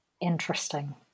Interesting